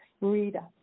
Rita